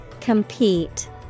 Compete